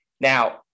Now